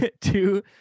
two